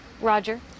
Roger